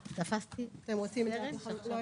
את זה אנחנו יודעים.